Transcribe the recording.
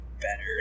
better